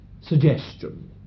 suggestion